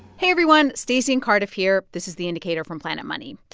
hey, everyone. stacey and cardiff here. this is the indicator from planet money.